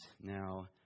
now